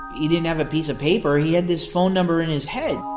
he didn't have a piece of paper. he had this phone number in his head.